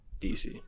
DC